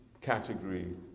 category